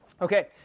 Okay